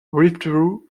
withdrew